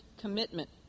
commitment